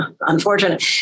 Unfortunate